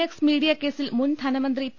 X media കേസിൽ മുൻ ധനമന്ത്രി പി